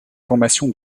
formation